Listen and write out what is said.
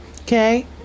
Okay